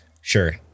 sure